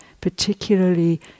particularly